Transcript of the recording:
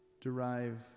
derive